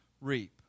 reap